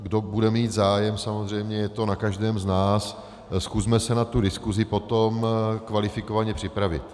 Kdo bude mít zájem, samozřejmě je to na každém z nás, zkusme se na tu diskusi potom kvalifikovaně připravit.